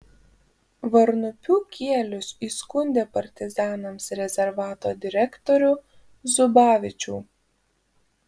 varnupių kielius įskundė partizanams rezervato direktorių zubavičių